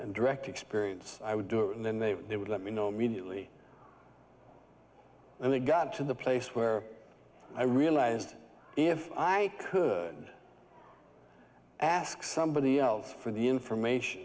and direct experience i would do it and then they would let me know immediately and they got to the place where i realized if i could ask somebody else for the information